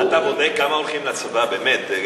אתה בודק כמה הולכים לצבא, באמת?